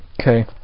Okay